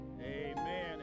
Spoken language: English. amen